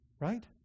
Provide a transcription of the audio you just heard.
Right